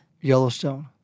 Yellowstone